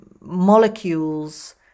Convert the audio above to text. molecules